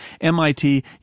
MIT